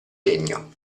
legno